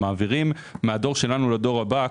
מעבירים מהדור שלנו לדור הבא,